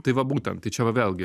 tai va būtent tai čia va vėlgi